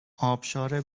آبشار